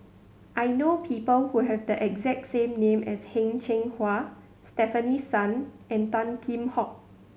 I know people who have the exact same name as Heng Cheng Hwa Stefanie Sun and Tan Kheam Hock